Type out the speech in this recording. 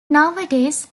nowadays